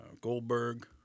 Goldberg